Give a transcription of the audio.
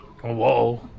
whoa